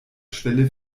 schwelle